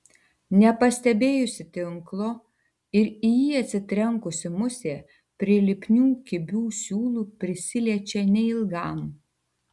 nepastebėjusi tinklo ir į jį atsitrenkusi musė prie lipnių kibių siūlų prisiliečia neilgam